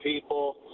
people